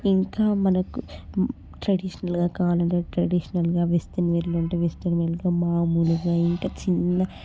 ఇంకా మనకు ట్రెడిషనల్గా కావాలంటే ట్రెడిషనల్గా వెస్ట్రన్ వేర్లో ఉంటే వెస్ట్రన్ వేర్లో మామూలుగా ఇంకా చిన్న